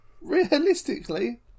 realistically